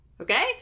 Okay